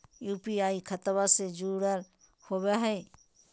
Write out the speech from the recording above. UPI खतबा से जुरल होवे हय?